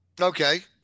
Okay